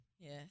Yes